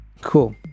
cool